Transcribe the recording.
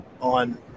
on